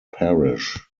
parish